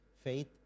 faith